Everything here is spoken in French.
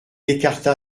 écarta